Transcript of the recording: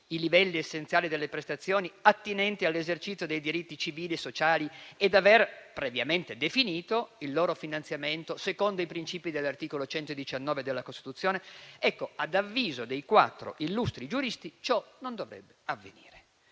i livelli essenziali delle prestazioni attinenti all'esercizio dei diritti civili e sociali ed aver previamente definito il loro finanziamento secondo i principi dell'articolo 119 della Costituzione? Ecco, ad avviso dei quattro illustri giuristi, ciò non dovrebbe avvenire.